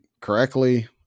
correctly